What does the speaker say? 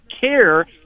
care